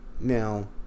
Now